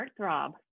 heartthrob